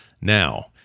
now